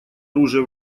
оружия